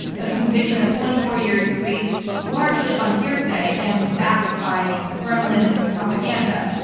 a conviction of twenty four years based largely on hearsay and backed by kremlin propaganda,